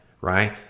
right